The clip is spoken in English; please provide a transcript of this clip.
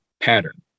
pattern